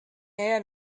here